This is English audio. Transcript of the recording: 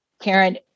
Karen